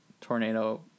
Tornado